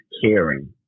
caring